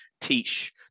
teach